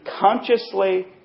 consciously